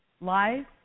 Life